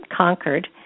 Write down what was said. conquered